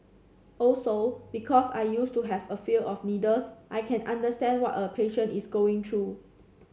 also because I used to have a fear of needles I can understand what a patient is going through